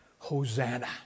Hosanna